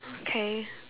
okay